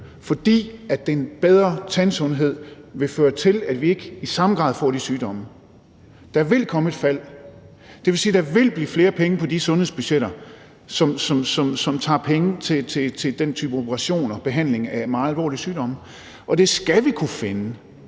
fordi den bedre tandsundhed vil føre til, at vi ikke i samme grad får de sygdomme. Der vil komme et fald; det vil sige, at der vil blive flere penge på de sundhedsbudgetter, som giver penge til den type af operationer og behandling af meget alvorlige sygdomme, så vi skal kunne finde